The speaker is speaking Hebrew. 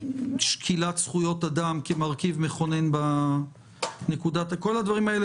שקילת זכויות אדם כמרכיב מכונן - כל הדברים האלה